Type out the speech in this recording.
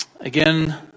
again